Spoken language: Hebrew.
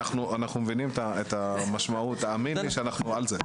אנחנו מבינים את המשמעות, ותאמין לי שאנחנו על זה.